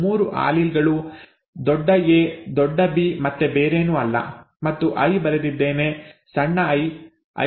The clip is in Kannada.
3 ಆಲೀಲ್ ಗಳು ದೊಡ್ಡ ಎ ದೊಡ್ಡ ಬಿ ಮತ್ತೆ ಬೇರೇನೂ ಇಲ್ಲ ಮತ್ತು ಐ ಬರೆದಿದ್ದೇನೆ ಸಣ್ಣ ಐ